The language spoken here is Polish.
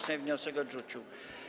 Sejm wniosek odrzucił.